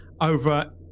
over